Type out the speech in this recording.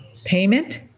payment